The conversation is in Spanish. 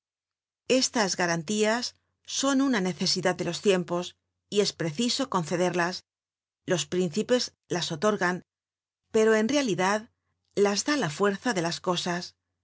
estas garantías son una necesidad de los tiempos y es preciso concederlas los príncipes las otorgan pero en realidad las da la fuerza de las cosas